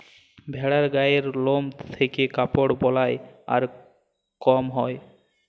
ভেড়ার গায়ের লম থেক্যে কাপড় বালাই আর কাম হ্যয়